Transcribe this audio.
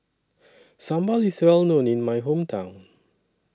Sambal IS Well known in My Hometown